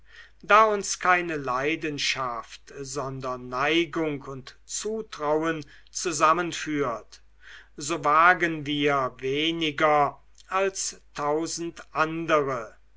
da uns keine leidenschaft sondern neigung und zutrauen zusammenführt so wagen wir weniger als tausend andere